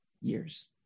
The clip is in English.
years